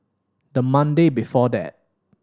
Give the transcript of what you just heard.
the Monday before that